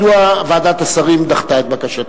מדוע ועדת השרים דחתה את בקשתו.